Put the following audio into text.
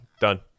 done